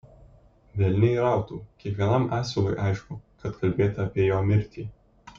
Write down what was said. velniai rautų kiekvienam asilui aišku kad kalbėta apie jo mirtį